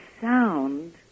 sound